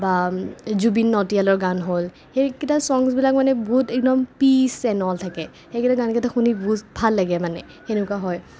বা জুবিন নাটিয়ালৰ গান হ'ল সেইকেইটা ছংগছবিলাক মানে বহুত পীচ এণ্ড অল থাকে সেইকেইটা গানকেইটা শুনি বহুত ভাল লাগে মানে